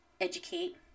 educate